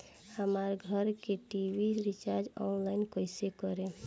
हमार घर के टी.वी रीचार्ज ऑनलाइन कैसे करेम?